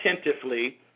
attentively